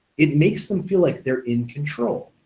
it makes them feel like they're in control.